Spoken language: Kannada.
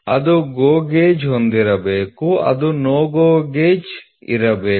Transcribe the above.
ಅದು GO ಗೇಜ್ ಹೊಂದಿರಬೇಕು ಅದಕ್ಕೆ NO GO ಗೇಜ್ ಇರಬೇಕು